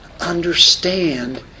understand